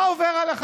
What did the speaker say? מה עובר עליך,